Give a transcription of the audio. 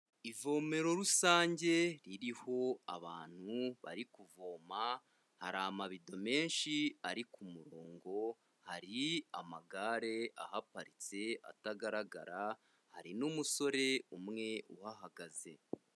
Ivomero rusange ririho abantu bari kuvoma, hari amabido menshi ari kumurongo hari amagare ahaparitse atagaragara hari n'umusore umwe uhagaze.